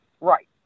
Right